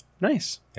Nice